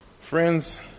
Friends